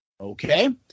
Okay